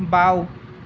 বাঁও